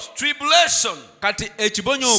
tribulation